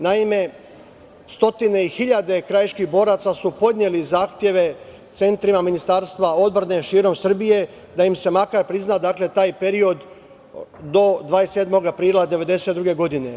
Naime, stotine i hiljade krajiških boraca su podneli zahteve centrima Ministarstva odbrane širom Srbije da im se makar prizna taj period do 27. aprila 1992. godine.